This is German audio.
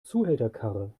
zuhälterkarre